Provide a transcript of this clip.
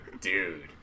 Dude